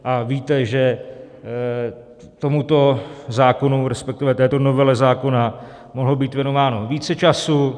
A víte, že tomuto zákonu, respektive této novele zákona mohlo být věnováno více času.